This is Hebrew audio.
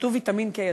כתוב ויטמין K,